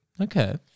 Okay